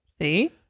See